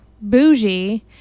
bougie